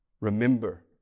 Remember